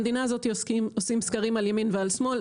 במדינה הזאת עושים סקרים על ימין ועל שמאל.